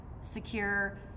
secure